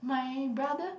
my brother